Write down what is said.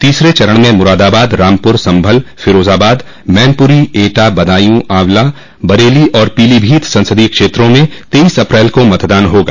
तीसरे चरण में मुरादाबाद रामपुर संभल फिरोजाबाद मैनपुरी एटा बंदायू आंवला बरेली और पीलीभीत ससदीय क्षेत्रों में तेइस अप्रैल को मतदान होगा